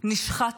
נשחט,